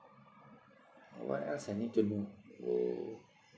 uh what else I need to know uh